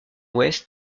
ouest